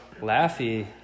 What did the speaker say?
Laffy